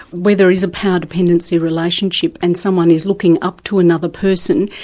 where there is a power dependency relationship, and someone is looking up to another person,